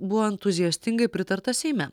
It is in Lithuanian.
buvo entuziastingai pritarta seime